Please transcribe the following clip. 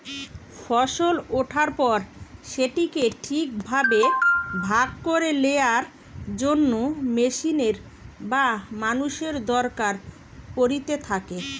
ফসল ওঠার পর সেটিকে ঠিক ভাবে ভাগ করে লেয়ার জন্য মেশিনের বা মানুষের দরকার পড়িতে থাকে